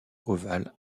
ovales